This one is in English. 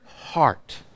heart